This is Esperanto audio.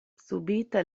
subite